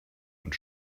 und